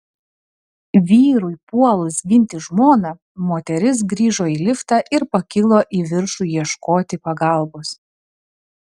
vyrui puolus ginti žmoną moteris grįžo į liftą ir pakilo į viršų ieškoti pagalbos